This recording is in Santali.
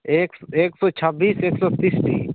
ᱮᱠ ᱮᱠᱥᱚ ᱪᱷᱟᱵᱤᱥ ᱮᱠᱥᱚ ᱛᱤᱨᱤᱥᱴᱤ